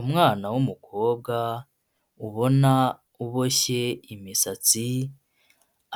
Umwana w'umukobwa ubona uboshye imisatsi,